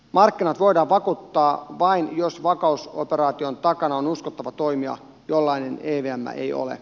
markkinat voidaan vakauttaa vain jos vakautusoperaation takana on uskottava toimija jollainen evm ei ole